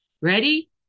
Ready